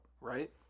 Right